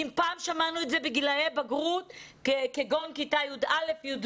אם פעם שמענו על כך בגילי בגרות כגון כיתה י"א-י"ב,